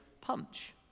punch